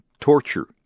torture